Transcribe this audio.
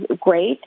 great